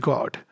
God